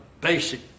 basic